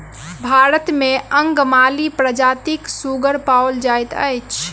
भारत मे अंगमाली प्रजातिक सुगर पाओल जाइत अछि